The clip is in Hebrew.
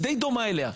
די דומה לה.